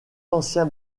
ancien